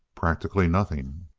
practically nothing.